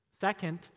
second